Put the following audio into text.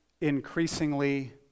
increasingly